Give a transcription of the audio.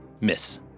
Miss